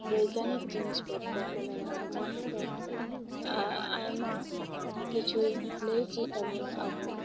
ᱵᱚᱭᱜᱟᱱᱤᱠ ᱡᱤᱱᱤᱥᱯᱚᱛᱨᱚ ᱠᱚ ᱢᱮᱱᱟᱜᱼᱟ ᱡᱟᱦᱟᱱ ᱫᱚ ᱟᱭᱢᱟ ᱠᱤᱪᱷᱩᱭ ᱞᱟᱹᱭ ᱪᱮᱫ ᱟᱵᱚᱱᱟ ᱟᱵᱚ